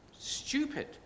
Stupid